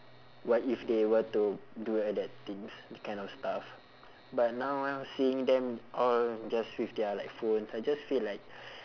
what if they were to do at the things that kind of stuff but now ah seeing them all just with their like phone I just feel like